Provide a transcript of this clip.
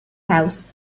house